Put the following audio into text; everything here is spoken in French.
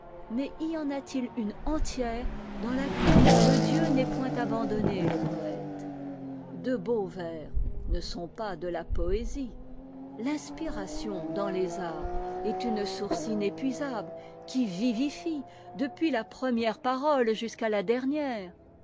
mais y en a-t-il une entière dans laquelle le dieu n'ait point abandonné le poète de beaux vers ne sont pas de la poésie l'inspiration dans les artsest une source inépuisable qui vivifie depuis la première parole jusqu'à la dernière